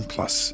Plus